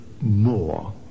more